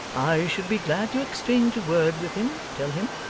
i should be glad to exchange a word with him, tell him.